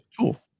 tool